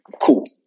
Cool